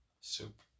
soup